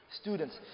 students